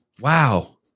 Wow